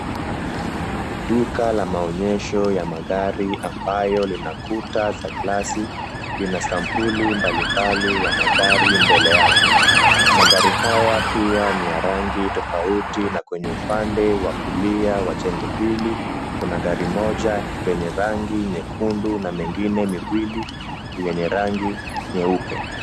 Duka ya maonyesho ya magari ambayo ina kuta za glasi, ina sampuli mbalimbali ya magari mbele yake, magari haya pia ni ya rangi tofauti na kwenye upande wa kulia kwa jengo hili kuna gari moja lenye rangi nyekundu na mengine miwili yenye rangi nyeupe.